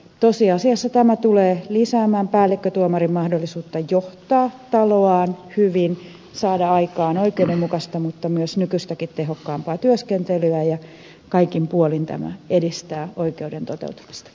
tosiasiassa tämä tulee lisäämään päällikkötuomarin mahdollisuutta johtaa taloaan hyvin saada aikaan oikeudenmukaista mutta myös nykyistäkin tehokkaampaa työskentelyä ja kaikin puolin tämä edistää oikeuden toteutumista